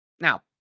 Now